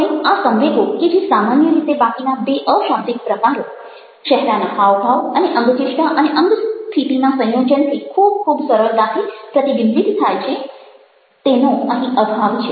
હવે આ સંવેગો કે જે સામાન્ય રીતે બાકીના બે અશાબ્દિક પ્રકારો ચહેરાના હાવભાવ અને અંગચેષ્ટા અને અંગસ્થિતિના સંયોજનથી ખૂબ ખૂબ સરળતાથી પ્રતિબિંબિત થાય છે તેનો અહીં અભાવ છે